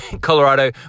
Colorado